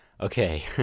okay